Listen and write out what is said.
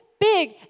big